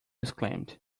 exclaimed